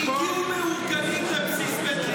שהגיעו מאורגנים לבסיס בית ליד.